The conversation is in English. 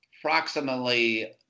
approximately